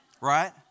right